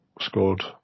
scored